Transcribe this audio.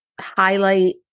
highlight